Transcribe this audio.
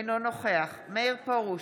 אינו נוכח מאיר פרוש,